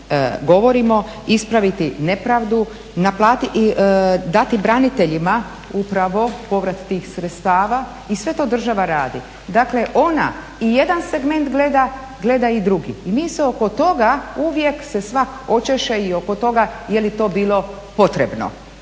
govorimo, ispraviti nepravdu i dati braniteljima upravo povrat tih sredstava sve to država radi. Dakle, ona i jedan segment gleda, gleda i drugi. Mi se oko toga, uvijek se svak očeše i oko toga je li to bilo potrebno.